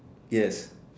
yes